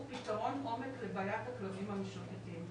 פתרון עומק לבעיית הכלבים המשוטטים.